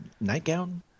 nightgown